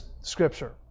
scripture